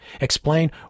Explain